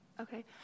Okay